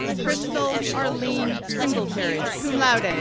crystal arlene singletary, cum laude, and